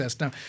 Now